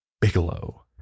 Bigelow